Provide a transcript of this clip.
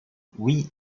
oui